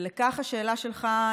ולכך השאלה שלך,